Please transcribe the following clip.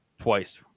twice